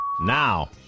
now